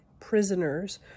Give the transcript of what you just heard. Prisoners